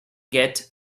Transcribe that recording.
gate